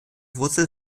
wurzel